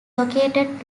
located